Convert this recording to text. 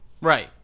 Right